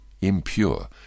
impure